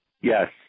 yes